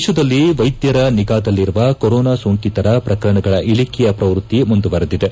ದೇತದಲ್ಲಿ ವೈದ್ದರ ನಿಗಾದಲ್ಲಿರುವ ಕೊರೊನಾ ಸೋಂಕಿತರ ಪ್ರಕರಣಗಳ ಇಳಕೆಯ ಪ್ರವೃತ್ತಿ ಮುಂದುವರೆದಿದೆ